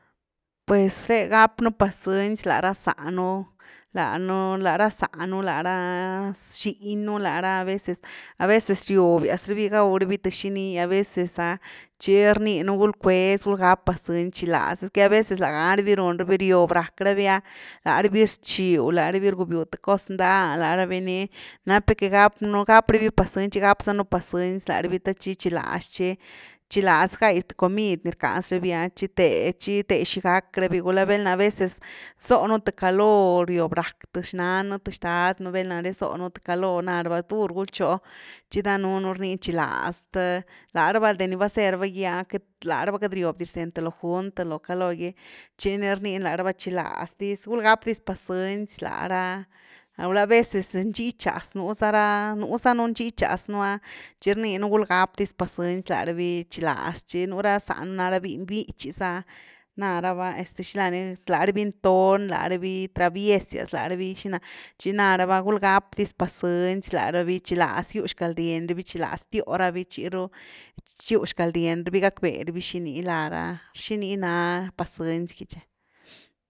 Pues re gapnu pacënci la ra zanú, lanu- la ra zánu la ra xiny nu, la ra, a veces, a veces riovias ra bi gau ra bit th xini, a veces’a tchi rninu gulcues gul gap pacëncy, chiláz, esqeu a veces lágha ra bi run rabi, riob rack rabiá lárabi rchiw, lárabi rgubiu th cos ndá lárabi, nap nú que gapnú, gap rabi pacënci, tchi gap za nú pacënci lara bí te tchi chilaz shi, chilaz gai th comid ni rckaz rabi’a tchi the, chi té xi gack rabi, gulá val’na aveces, x´+o nú th caloo riob rack th xnanú th xtahdnú val´na zóh nú th caloo naraba dur gulchó tchi danuunu rninu chiláaz the láraba al de ni vazee ra va’gy ah láraba queity riob di rzeny th lo junt th lo caloo gy tchi ni rniin laraba chiláz dis gulgap dis pacënci lá ra, gulá a veces nxichas nú za ra, nú za nú nxichas nú’a tchi rniinu gul gap dis pacënci lá ra bi, chiláz chi nú ra zánu na ra miny bíchy za náraba este xilani lá’rabi nton lá’rabi traviesias, lárabi xina, chi ná raba gul gap dis pacënci lá ra bi, chilaz gyw xcalrien rabi chiláz tio’ra vi tchiru chiu xcalrien rabi gack vé ravi xini lá ra, xini ná pacënci gy chi.